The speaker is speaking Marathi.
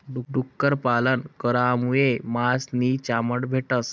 डुक्कर पालन करामुये मास नी चामड भेटस